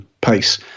pace